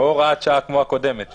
או הוראת שעה כמו הקודמת...